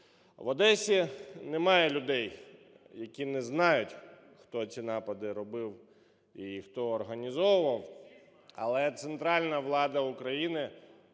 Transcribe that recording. В Одесі немає людей, які не знають, хто ці напади робив і хто організовував, але центральна влада України